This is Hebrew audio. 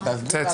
שוויון,